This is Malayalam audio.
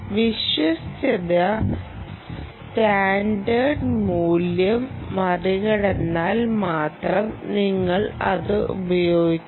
വിശ്വാസ്യത സ്റ്റാൻഡേർഡ് മൂല്യം മറികടന്നാൽ മാത്രം നിങ്ങൾ അത് ഉപയോഗിക്കണം